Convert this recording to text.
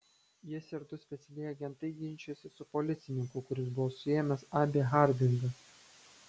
jis ir du specialieji agentai ginčijosi su policininku kuris buvo suėmęs abį hardingą